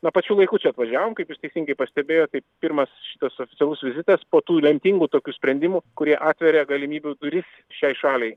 na pačiu laiku čia važiavome kaip jūs teisingai pastebėjot tai pirmas šitas oficialus vizitas po tų lemtingų tokių sprendimų kurie atveria galimybių duris šiai šaliai